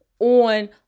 on